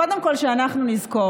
קודם כול כדי שאנחנו נזכור,